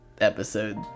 episode